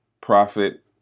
Profit